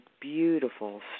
beautiful